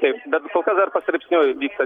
taip bet kol kas dar pastraipsniui vyksta